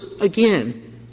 again